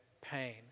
pain